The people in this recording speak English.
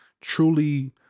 truly